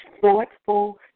Thoughtful